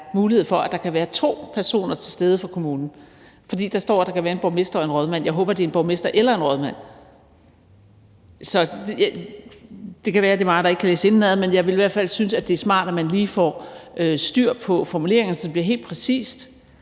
mulighed for, at der kan være to personer til stede fra kommunen. For der står, at der kan være en borgmester og en rådmand. Jeg håber, at det er en borgmester eller en rådmand. Det kan være, at det er mig, der ikke kan læse indenad, men jeg vil i hvert fald synes, at det er smart, at man lige får styr på formuleringerne, så det bliver helt præcist,